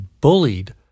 bullied